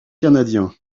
canadiens